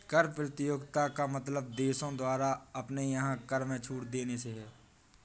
कर प्रतियोगिता का मतलब देशों द्वारा अपने यहाँ कर में छूट देने से है